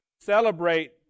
celebrate